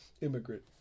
immigrant